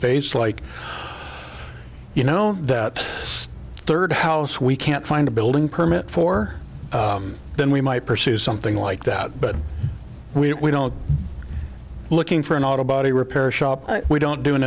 face like you know that third house we can't find a building permit for then we might pursue something like that but we don't don't we looking for an auto body repair shop we don't do an